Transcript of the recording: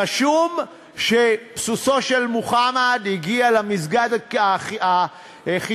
רשום שסוסו של מוחמד הגיע למסגד הקיצון,